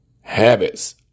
Habits